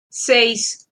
seis